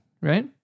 right